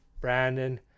brandon